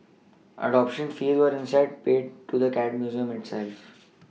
adoption fees were instead paid to the cat Museum itself